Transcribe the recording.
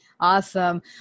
Awesome